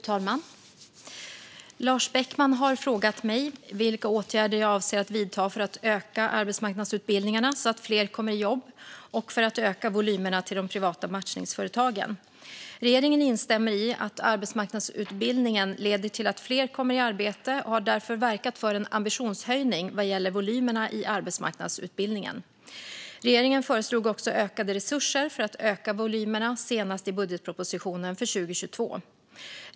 Fru talman! Lars Beckman har frågat mig vilka åtgärder jag avser att vidta för att öka arbetsmarknadsutbildningarna så att fler kommer i jobb och för att öka volymerna till de privata matchningsföretagen. Regeringen instämmer i att arbetsmarknadsutbildningen leder till att fler kommer i arbete och har därför verkat för en ambitionshöjning vad gäller volymerna i arbetsmarknadsutbildningen. Regeringen föreslog också ökade resurser för att öka volymerna senast i budgetpropositionen för 2022.